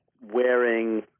wearing